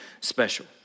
special